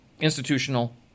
institutional